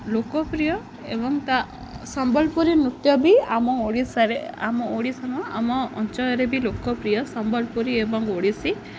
ଲୋକପ୍ରିୟ ଏବଂ ତା' ସମ୍ବଲପୁରୀ ନୃତ୍ୟ ବି ଆମ ଓଡ଼ିଶାରେ ଆମ ଓଡ଼ିଶାାର ଆମ ଅଞ୍ଚଳରେ ବି ଲୋକପ୍ରିୟ ସମ୍ବଲପୁରୀ ଏବଂ ଓଡ଼ିଶୀ